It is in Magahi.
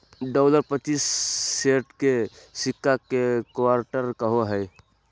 डॉलर पच्चीस सेंट के सिक्का के क्वार्टर कहो हइ